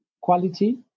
quality